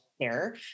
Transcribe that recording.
care